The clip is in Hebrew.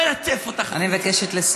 אני לא אלטף אותך, אני מבקשת לסיים.